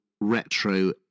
retro